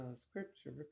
scripture